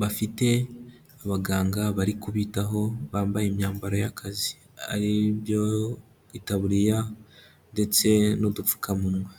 bafite abaganga bari kubitaho bambaye imyambaro y'akazi ari byo itaburiya ndetse n'udupfukamunwa.